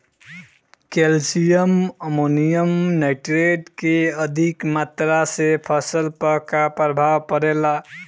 Calcium ammonium nitrate के अधिक मात्रा से फसल पर का प्रभाव परेला?